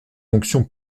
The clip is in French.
fonction